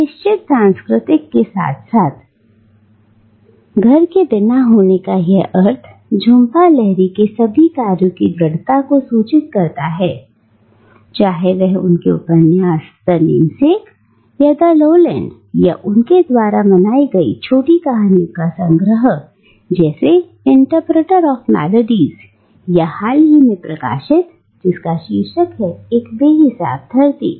एक निश्चित सांस्कृतिक के साथ साथ थाने घर के बिना होने का यह अर्थ झुंपा लहरी के सभी कार्यों की दृढ़ता को सूचित करता है चाहे वह उनके उपन्यास द नेमसेक या द लोलैंड या उनके द्वारा मनाई गई छोटी कहानियों का संग्रह जैसे इंटरप्रेटर ऑफ मैलाडिज़ या हाल ही में प्रकाशित जिसका शीर्षक है एक बेहिसाब धरती